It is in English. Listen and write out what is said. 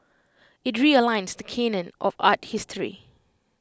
IT realigns the Canon of art history